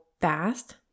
fast